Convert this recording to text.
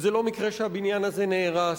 וזה לא מקרה שהבניין הזה נהרס.